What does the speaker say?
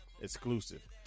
Exclusive